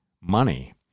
money